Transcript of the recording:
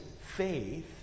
faith